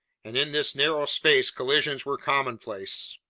and in this narrow space collisions were commonplace.